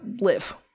live